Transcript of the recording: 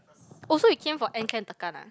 oh so you came for end camp tekan ah